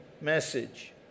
message